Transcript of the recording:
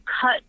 cut